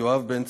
יואב בן צור,